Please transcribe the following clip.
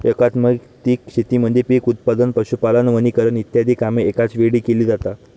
एकात्मिक शेतीमध्ये पीक उत्पादन, पशुपालन, वनीकरण इ कामे एकाच वेळी केली जातात